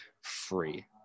free